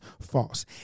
false